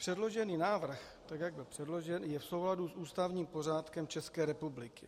Předložený návrh, tak jak byl předložen, je v souladu s ústavním pořádkem České republiky.